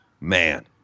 Man